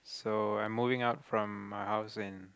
so I'm moving out from my house in